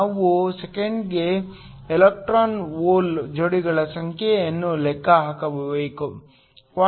ನಾವು ಸೆಕೆಂಡಿಗೆ electron hole ಜೋಡಿಗಳ ಸಂಖ್ಯೆಯನ್ನು ಲೆಕ್ಕ ಹಾಕಬೇಕು